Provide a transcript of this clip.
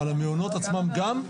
אבל המעונות עצמם גם?